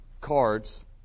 cards